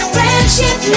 Friendship